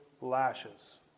Lashes